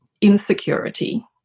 insecurity